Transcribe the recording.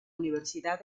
universidad